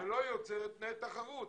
שלא יוצרת תנאי תחרות.